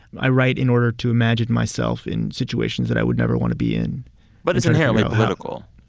i write in order to imagine myself in situations that i would never want to be in but it's inherently political.